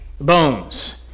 bones